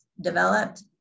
developed